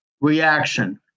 reaction